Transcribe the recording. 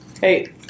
Hey